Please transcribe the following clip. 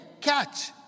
catch